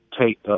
take